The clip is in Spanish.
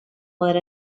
poder